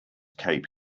cape